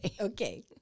Okay